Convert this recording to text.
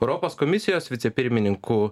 europos komisijos vicepirmininku